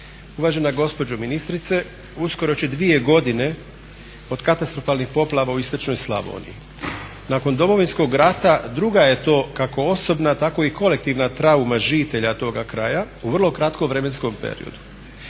Uvažena gospođo ministrice uskoro će 2 godine od katastrofalnih poplava u istočnoj Slavoniji. Nakon Domovinskog rata druga je to kako osobna tako i kolektivna trauma žitelja toga kraja u vrlo kratkom vremenskom periodu.